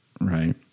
right